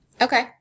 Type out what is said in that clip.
Okay